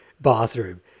bathroom